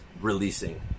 releasing